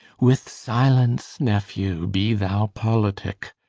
with silence, nephew, be thou pollitick,